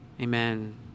amen